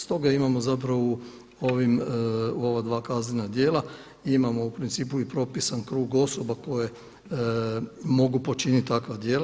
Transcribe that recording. Stoga imamo zapravo u ova dva kaznena djela, imamo u principu i propisan krug osoba koje mogu počiniti takva djela.